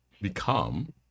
become